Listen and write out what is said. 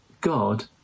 God